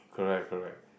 correct correct